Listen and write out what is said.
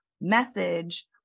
message